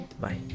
bye